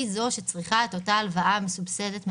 זו שצריכה את אותה הלוואה מסובסדת מהמדינה,